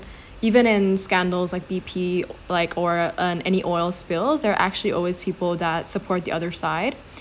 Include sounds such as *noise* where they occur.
*breath* even in scandals like B_P like oil um any oil spills there're actually always people that support the other side